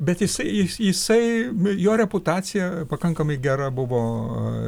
bet jisai jisai jo reputacija pakankamai gera buvo